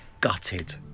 gutted